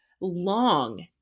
long